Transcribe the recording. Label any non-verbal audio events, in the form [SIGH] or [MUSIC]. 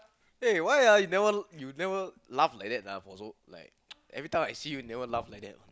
eh why are you never you never laugh like that ah for so [NOISE] every time I see you never laugh like that [one]